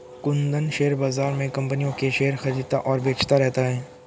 Kundan share बाज़ार में कम्पनियों के शेयर खरीदता और बेचता रहता है